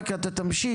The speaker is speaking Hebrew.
רק אתה תמשיך,